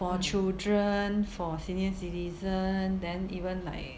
for children for senior citizen then even like